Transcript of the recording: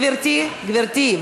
גברתי,